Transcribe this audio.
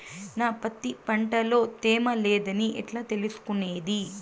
నా పత్తి పంట లో తేమ లేదని ఎట్లా తెలుసుకునేది?